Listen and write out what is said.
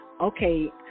Okay